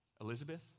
Elizabeth